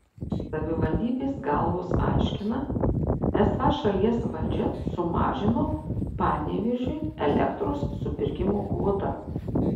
savivaldybės galvos aiškina esą šalies valdžia sumažino panevėžiui elektros supirkimo kvotas